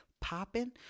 popping